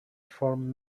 form